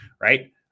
right